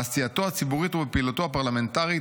בעשייתו הציבורית ובפעילותו הפרלמנטרית